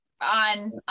On